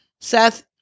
Seth